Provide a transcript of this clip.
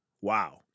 Wow